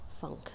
funk